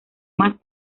más